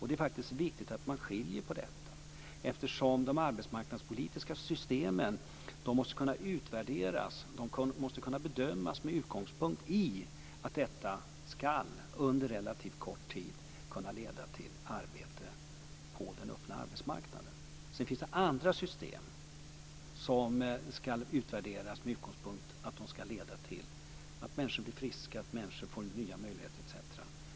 Det är viktigt att göra en åtskillnad här eftersom de arbetsmarknadspolitiska systemen måste kunna utvärderas och bedömas med utgångspunkt i att detta på relativt kort tid ska kunna leda till arbete på den öppna arbetsmarknaden. Sedan finns det andra system som ska utvärderas med utgångspunkt i att de ska leda till att människor blir friska, att människor får nya möjligheter etc.